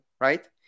right